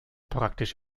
praktisch